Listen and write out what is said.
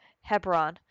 Hebron